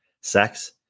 sex